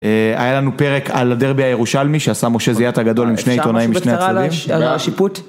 היה לנו פרק על הדרבי הירושלמי שעשה משה זיית הגדול עם שני עיתונאים משני הצדדים.